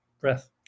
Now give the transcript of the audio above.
breath